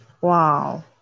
Wow